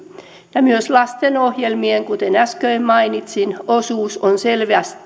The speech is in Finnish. ja myös lastenohjelmien kuten äsken mainitsin osuus on selvästi